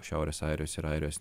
šiaurės airijos ir airijos